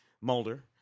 Mulder